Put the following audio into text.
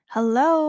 Hello